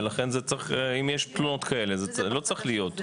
ולכן אם יש תלונות כאלה זה לא צריך להיות,